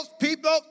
people